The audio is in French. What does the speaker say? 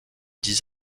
dix